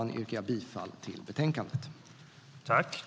Med det yrkar jag på godkännande av utskottets anmälan.